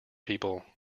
people